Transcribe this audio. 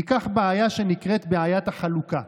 ניקח בעיה שנקראת בעיית החלוקה.